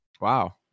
Wow